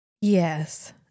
Yes